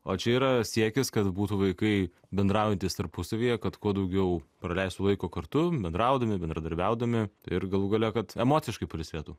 o čia yra siekis kad būtų vaikai bendraujantys tarpusavyje kad kuo daugiau praleistų laiko kartu bendraudami bendradarbiaudami ir galų gale kad emociškai pailsėtų